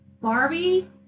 Barbie